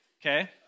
okay